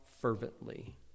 fervently